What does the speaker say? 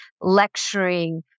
lecturing